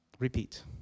Repeat